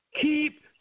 Keep